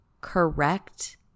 correct